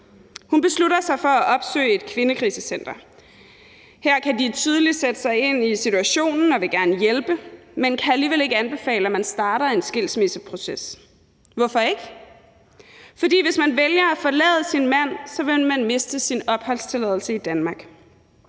Hun beslutter sig for at opsøge et kvindekrisecenter. Her kan de tydeligt sætte sig ind i situationen og vil gerne hjælpe, men kan alligevel ikke anbefale, at man starter en skilsmisseproces. Hvorfor ikke? Fordi man, hvis man vælger at forlade sin mand, vil miste sin opholdstilladelse i Danmark.